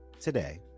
today